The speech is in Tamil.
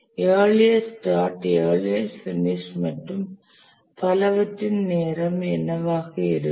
இயர்லியஸ்ட் ஸ்டார்ட் இயர்லியஸ்ட் பினிஷ் மற்றும் பலவற்றின் நேரம் என்னவாக இருக்கும்